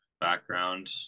background